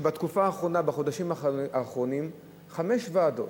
שבחודשים האחרונים חמש ועדות,